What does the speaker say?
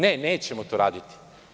Ne, nećemo to raditi.